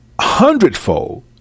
hundredfold